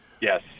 Yes